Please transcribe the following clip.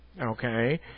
okay